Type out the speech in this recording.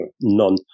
None